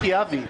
הוגן ואמיתי,